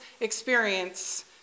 experience